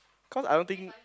cause I don't think